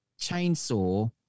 chainsaw